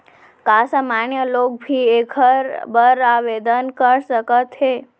का सामान्य लोग भी एखर बर आवदेन कर सकत हे?